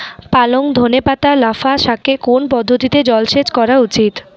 পালং ধনে পাতা লাফা শাকে কোন পদ্ধতিতে জল সেচ করা উচিৎ?